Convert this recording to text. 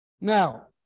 Now